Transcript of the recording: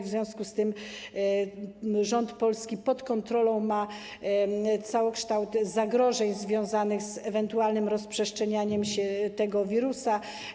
W związku z tym rząd polski ma pod kontrolą całokształt zagrożeń związanych z ewentualnym rozprzestrzenianiem się tego wirusa.